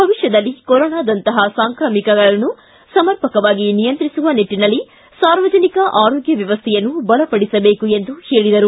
ಭವಿಷ್ಣದಲ್ಲಿ ಕೊರೋನಾದಂತಹ ಸಾಂಕ್ರಾಮಿಕಗಳನ್ನು ಸಮರ್ಪಕವಾಗಿ ನಿಯಂತ್ರಿಸುವ ನಿಟ್ಟನಲ್ಲಿ ಸಾರ್ವಜನಿಕ ಆರೋಗ್ಟ ವ್ಣವಸ್ಥೆಯನ್ನು ಬಲಪಡಿಸಬೇಕು ಎಂದು ಹೇಳಿದರು